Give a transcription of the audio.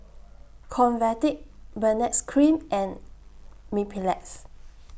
Convatec Benzac Cream and Mepilex